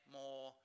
more